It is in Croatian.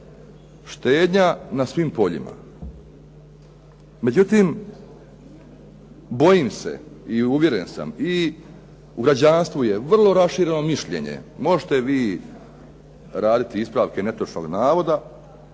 štednja na svim poljima. Međutim, bojim se i uvjeren sam i u građanstvu je vrlo rašireno mišljenje, možete vi raditi ispravke netočnog navoda,